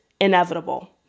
inevitable